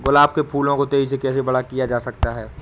गुलाब के फूलों को तेजी से कैसे बड़ा किया जा सकता है?